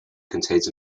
contains